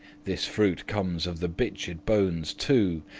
this fruit comes of the bicched bones two,